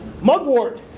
mugwort